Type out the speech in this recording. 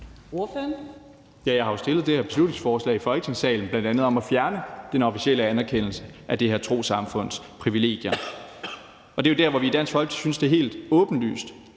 Jeg har jo bl.a. fremsat det her beslutningsforslag i Folketingssalen om at fjerne den officielle anerkendelse af det her trossamfunds privilegier. Det er jo der, hvor vi i Dansk Folkeparti synes, at det er helt åbenlyst,